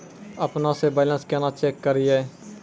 अपनों से बैलेंस केना चेक करियै?